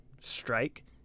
strike